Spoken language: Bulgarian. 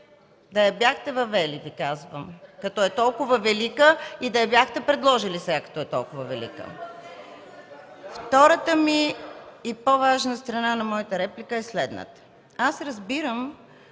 Да я бяхте въвели Ви казвам, като е толкова велика и да я бяхте предложили сега. (Реплики от ГЕРБ.) Втората и по-важна страна на моята реплика е следната. Разбирам,